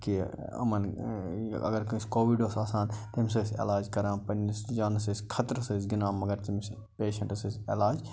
کہِ یِمن اگر کٲنٛسہِ کووِڈ اوس آسان تٔمس ٲسۍ عٮ۪لاج کَران پننِس جانس ٲسۍ خطرس ٲسی گِنٛدان مگر تٔمس پیشنٹس ٲسۍ عٮ۪لاج